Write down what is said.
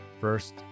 first